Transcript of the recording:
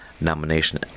nomination